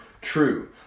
true